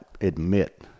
admit